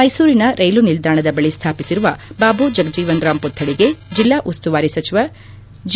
ಮೈಸೂರಿನ ರೈಲು ನಿಲ್ದಾಣದ ಬಳಿ ಸ್ಥಾಪಿಸಿರುವ ಬಾಬು ಜಗಜೀವನರಾಮ್ ಪುತ್ಥಳಿಗೆ ಜಿಲ್ಲಾ ಉಸ್ತುವಾರಿ ಸಚಿವ ಜಿ